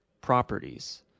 properties